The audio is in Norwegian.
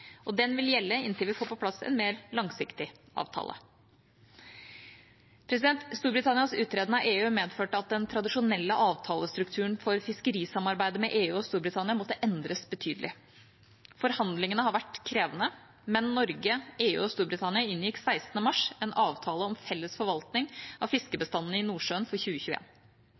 vil gjelde inntil vi får på plass en mer langsiktig avtale. Storbritannias uttreden av EU medførte at den tradisjonelle avtalestrukturen for fiskerisamarbeidet med EU og Storbritannia måtte endres betydelig. Forhandlingene har vært krevende. Men Norge, EU og Storbritannia inngikk 16. mars en avtale om felles forvaltning av fiskebestandene i Nordsjøen for